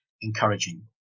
encouraging